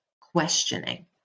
questioning